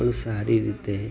પણ સારી રીતે